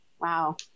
Wow